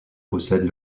possèdent